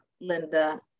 Linda